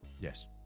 Yes